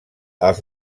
els